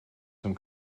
some